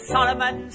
Solomon